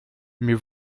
mais